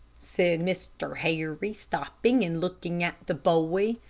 said mr. harry, stopping and looking at the boy.